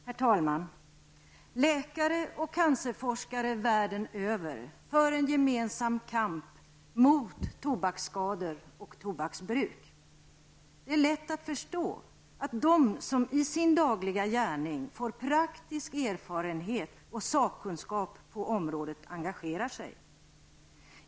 Herr talman! Läkare och cancerforskare världen över för en gemensam kamp mot tobaksskador och tobaksbruk. Det är lätt att förstå att de som i sin dagliga gärning får praktisk erfarenhet och sakkunskap på området engagerar sig.